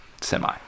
Semi